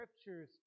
Scriptures